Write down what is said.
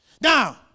now